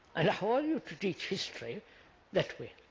and how are you to teach history that way?